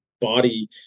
body